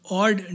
odd